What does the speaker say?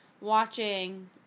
watching